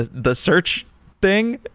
ah the search thing?